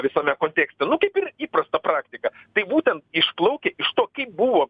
visame kontekste nu kaip ir įprasta praktika tai būtent išplaukia iš to kaip buvo